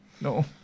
No